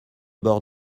bord